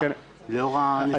ארוכה לאור הנסיבות הקיימות.